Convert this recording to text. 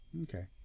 Okay